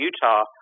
Utah